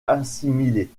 assimilée